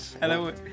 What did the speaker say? Hello